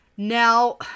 Now